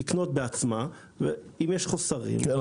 לקנות בעצמה אם יש חוסרים --- כן,